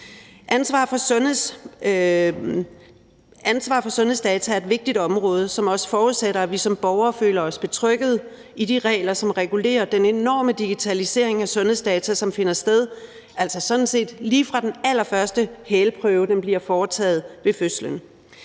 Ansvaret for sundhedsdata er et vigtigt område, som også forudsætter, at vi som borgere føler os betryggede i de regler, som regulerer den enorme digitalisering af sundhedsdata, som finder sted, altså sådan set lige fra den allerførste hælprøve bliver foretaget ved fødslen.